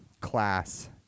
class